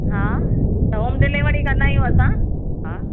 हा home delivery कंदा आहियूं असां हा